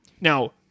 Now